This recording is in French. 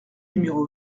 numéro